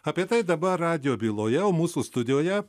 apie tai dabar radijo byloje o mūsų studijoje